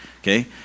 okay